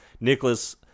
Nicholas